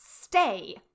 stay